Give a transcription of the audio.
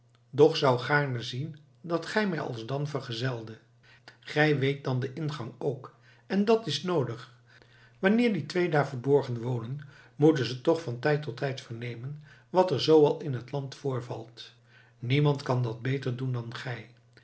doch zou gaarne zien dat gij mij alsdan vergezeldet gij weet dan den ingang ook en dat is noodig wanneer die twee daar verborgen wonen moeten ze toch van tijd tot tijd vernemen wat er zoo al in het land voorvalt niemand kan dat beter doen dan gij